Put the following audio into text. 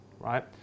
right